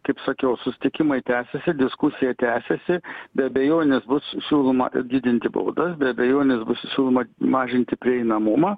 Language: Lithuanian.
kaip sakiau susitikimai tęsiasi diskusija tęsiasi be abejonės bus siūloma didinti baudas be abejonės bus siūloma mažinti prieinamumą